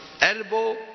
elbow